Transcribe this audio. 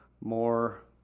more